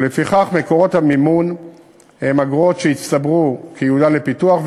לפיכך מקורות המימון הם אגרות שהצטברו כיעודה לפיתוח,